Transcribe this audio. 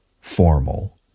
formal